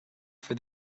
for